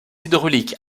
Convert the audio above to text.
hydraulique